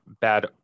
bad